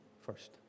first